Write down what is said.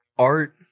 Art